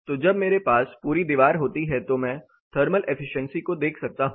तो जब मेरे पास पूरी दीवार होती है तो मैं थर्मल एफिशिएंसी को देखा सकता हूं